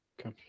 Okay